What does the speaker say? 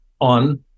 on